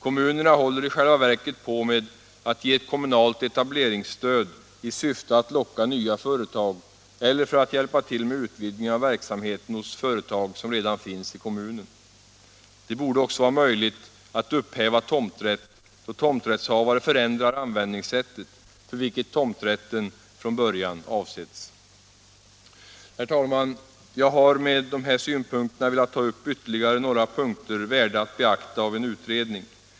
Kommunerna håller i själva verket på med att ge ett kommunalt etableringsstöd i syfte att locka nya företag eller hjälpa till med utvidgningen av verksamheten hos företag som redan finns i kommunen. Det borde också vara möjligt att upphäva tomträtt då tomträttshavare förändrar användningssättet för vilket tomträtten från början avsetts. Herr talman! Jag har med detta velat ta upp ytterligare några punkter värda att beakta vid en utredning.